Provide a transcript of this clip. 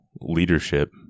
leadership